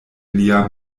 lia